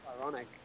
ironic